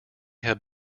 have